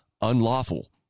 unlawful